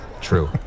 True